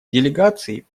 делегаций